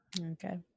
Okay